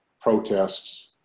protests